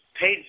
paid